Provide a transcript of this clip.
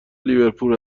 لیورپول